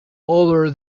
older